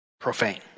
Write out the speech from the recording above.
Profane